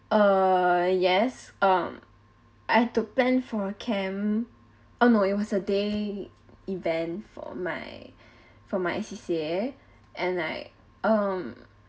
uh yes um I had to plan for camp ah no it was a day event for my for my C_C_A and I um